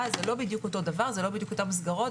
וזה הוזכר המון פעמים על ידי המומחים,